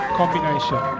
combination